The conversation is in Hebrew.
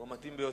הוא מתאים לנו